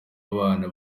abana